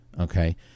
Okay